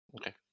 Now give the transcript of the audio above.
Okay